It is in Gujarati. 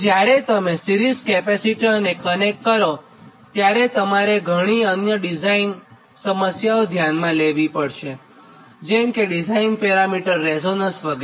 જ્યારે તમે સિરીઝ કેપેસિટરને કનેક્ટ કરો ત્યારે તમારે ઘણી અન્ય ડિઝાઇન સમસ્યાઓ ધ્યાનમાં લેવી પડશે જેમ કે ડિઝાઇન પેરામિટર રેઝોનન્સ વગેરે